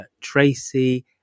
Tracy